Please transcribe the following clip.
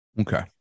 Okay